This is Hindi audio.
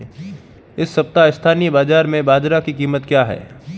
इस सप्ताह स्थानीय बाज़ार में बाजरा की कीमत क्या है?